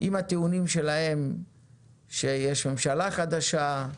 עם הטיעונים שלהם שיש ממשלה חדשה,